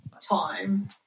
time